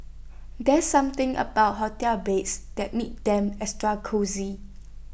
there's something about hotel beds that makes them extra cosy